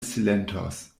silentos